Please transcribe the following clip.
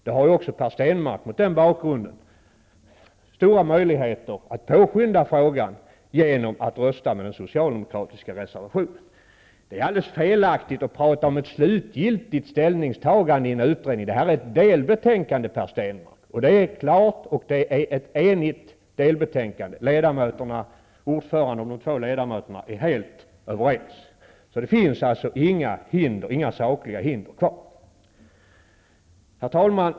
Per Stenmarck har mot denna bakgrund stora möjligheter att påskynda frågan genom att rösta på den socialdemokratiska reservationen. Det är alldeles felaktigt att tala om en utrednings slutgiltiga ställningstagande. Detta är ett delbetänkande, Per Stenmarck, som är enhälligt. Ordföranden och de två ledamöterna är helt överens. Det finns alltså inga sakliga hinder kvar. Herr talman!